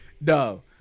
No